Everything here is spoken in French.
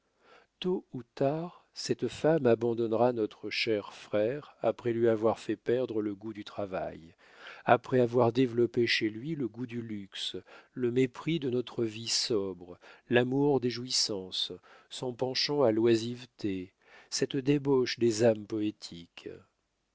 tôt ou tard cette femme abandonnera notre cher frère après lui avoir fait perdre le goût du travail après avoir développé chez lui le goût du luxe le mépris de notre vie sobre l'amour des jouissances son penchant à l'oisiveté cette débauche des âmes poétiques